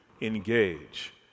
engage